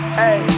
hey